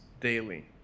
daily